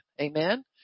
Amen